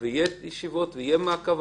יהיו ישיבות ויהיה מעקב.